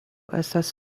estas